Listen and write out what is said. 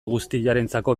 guztiarentzako